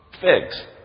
figs